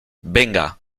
venga